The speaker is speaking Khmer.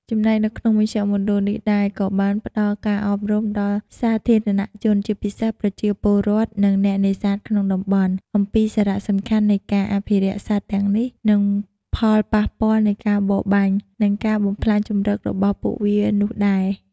ចំណែកនៅក្នុងមជ្ឈមណ្ឌលនេះដែរក៏បានផ្តល់ការអប់រំដល់សាធារណៈជន ជាពិសេសប្រជាពលរដ្ឋ និងអ្នកនេសាទក្នុងតំបន់ អំពីសារៈសំខាន់នៃការអភិរក្សសត្វទាំងនេះ និងផលប៉ះពាល់នៃការបរបាញ់ និងការបំផ្លាញជម្រករបស់ពួកវានោះដែរ ។